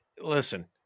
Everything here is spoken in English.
listen